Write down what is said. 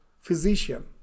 physician